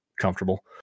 comfortable